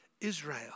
Israel